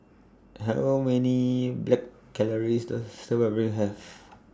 How Many Black Calories Does A Stir Fried Have